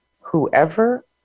whoever